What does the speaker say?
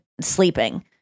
sleeping